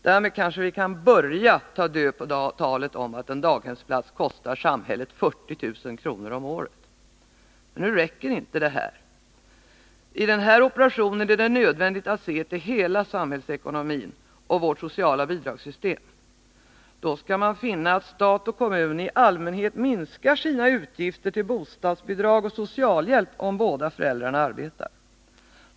Därmed kanske vi kan börja ta död på talet om att en daghemsplats kostar samhället 40 000 kr. om året. Nu räcker inte det. I den här operationen är det nödvändigt att se till hela samhällsekonomin och vårt sociala bidragssystem. Då skall man finna att stat och kommun i allmänhet minskar sina utgifter till bostadsbidrag och socialhjälp om båda föräldrarna arbetar.